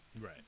Right